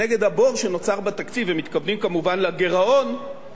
הם מתכוונים, כמובן, לגירעון שמחייב כעת